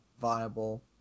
viable